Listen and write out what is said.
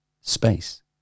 Space